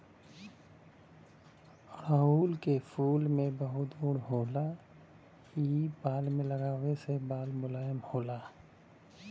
अढ़ऊल के फूल में बहुत गुण होला इ बाल में लगावे से बाल मुलायम होला